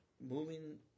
Moving